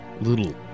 little